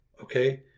okay